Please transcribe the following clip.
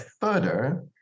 further